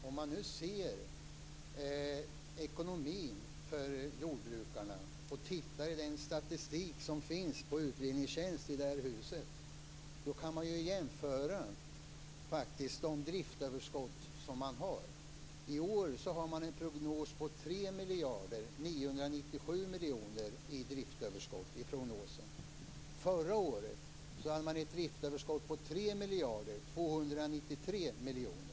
Om man nu ser på ekonomin för jordbrukarna och tittar i den statistik som finns på utredningstjänsten i det här huset kan man jämföra driftsöverskotten. I år är prognosen på 3 997 miljoner i driftsöverskott. Förra året hade man ett driftsöverskott på 3 293 miljoner.